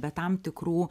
be tam tikrų